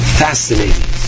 fascinating